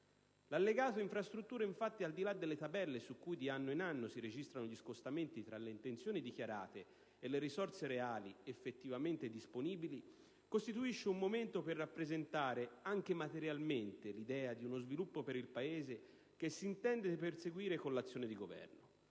L'Allegato infrastrutture infatti, al di là delle tabelle su cui di anno in anno si registrano gli scostamenti tra le intenzioni dichiarate e le risorse reali effettivamente disponibili, costituisce un momento per rappresentare anche materialmente l'idea di sviluppo per il Paese che si intende perseguire con l'azione di Governo.